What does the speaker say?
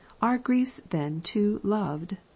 are griefs then too loved?